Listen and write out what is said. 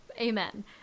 Amen